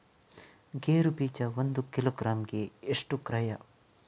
ಗೇರು ಬೀಜ ಒಂದು ಕಿಲೋಗ್ರಾಂ ಗೆ ಎಷ್ಟು ಕ್ರಯ?